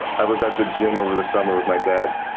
i was at the gym over the summer with my dad,